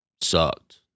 sucked